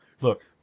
Look